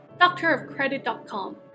doctorofcredit.com